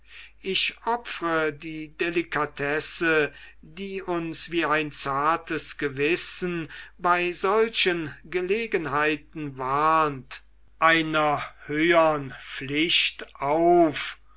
ich opfre die delikatesse die uns wie ein zartes gewissen bei solchen gelegenheiten warnt einer höhern pflicht auf